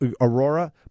Aurora